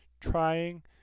trying